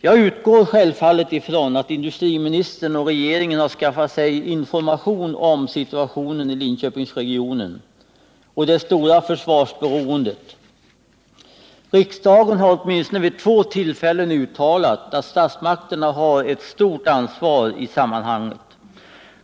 Jag utgår självfallet ifrån att industriministern och regeringen har skaffat sig information om situationen i Linköpingsregionen och det stora försvarsberoendet. Riksdagen har åtminstone vid två tillfällen uttalat att statsmakterna har ett stort ansvar i sammanhanget.